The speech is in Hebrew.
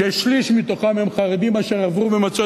ששליש מתוכם הם חרדים אשר עברו ומצאו